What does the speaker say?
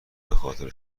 بخاطر